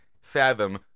fathom